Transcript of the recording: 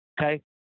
Okay